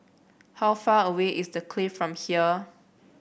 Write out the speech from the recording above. how far away is The Clift from here